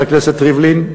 חבר הכנסת ריבלין,